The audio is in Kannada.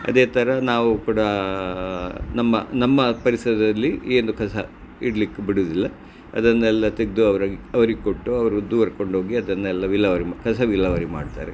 ಅದೇ ಥರ ನಾವು ಕೂಡ ನಮ್ಮ ನಮ್ಮ ಪರಿಸರದಲ್ಲಿ ಏನು ಕಸ ಇಡಲಿಕ್ಕೂ ಬಿಡುವುದಿಲ್ಲ ಅದನ್ನೆಲ್ಲ ತೆಗೆದು ಅವ್ರಿಗೆ ಅವರಿಗೆ ಕೊಟ್ಟು ಅವರು ದೂರ ಕೊಂಡೋಗಿ ಅದನ್ನೆಲ್ಲ ವಿಲೇವಾರಿ ಮಾ ಕಸ ವಿಲೇವಾರಿ ಮಾಡ್ತಾರೆ